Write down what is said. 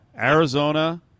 Arizona